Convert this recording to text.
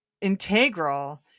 integral